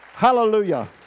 Hallelujah